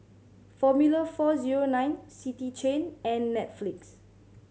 Formula Four Zero Nine City Chain and Netflix